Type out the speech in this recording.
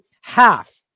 half